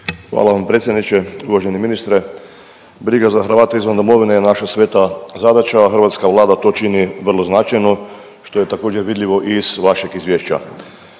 hvala vam predsjedniče, uvaženi ministre. Briga za Hrvate izvan domovine je naša sveta zadaća, hrvatska Vlada to čini vrlo značajno, što je također, vidljivo i iz vašeg izvješća.